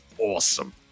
awesome